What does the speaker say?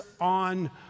on